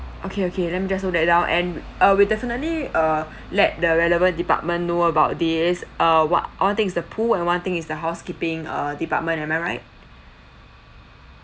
okay okay let me just note that down and uh we definitely uh let the relevant department know about this uh what one thing is the pool and one thing is the housekeeping uh department am I right